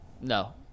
No